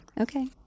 okay